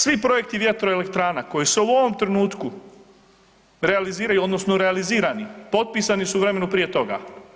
Svi projekti vjetroelektrana koji se u ovom trenutku realiziraju odnosno realizirani, potpisani su u vremenu prije toga.